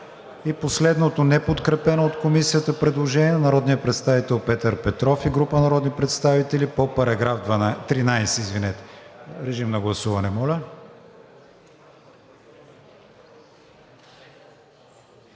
Последното неподкрепено от Комисията предложение – на народния представител Петър Петров и група народни представители по § 13. Гласували